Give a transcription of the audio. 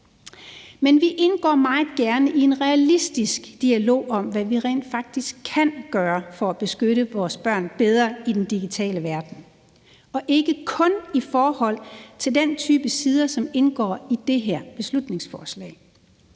Men vi indgår meget gerne i en realistisk dialog om, hvad vi rent faktisk kan gøre for at beskytte vores børn bedre i den digitale verden, og ikke kun i forhold til den type sider, som indgår i det her beslutningsforslag,